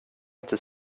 inte